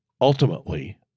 Ultimately